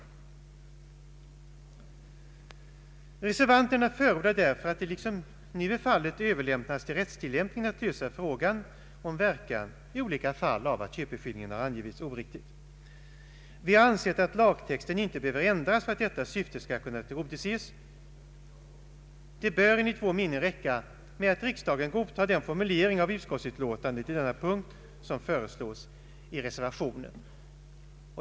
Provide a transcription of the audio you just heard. Reservanterna förordar därför att det liksom nu överlämnas till rättstillämpningen att lösa frågan om verkan i olika fall av att köpeskillingen angivits oriktigt. Vi har ansett att lagtexten inte behöver ändras för att detta syfte skall kunna tillgodoses, Det bör enligt vår mening räcka med att riksdagen godtar den formulering av utskottsutlåtandet på denna punkt som föreslås i reservationen.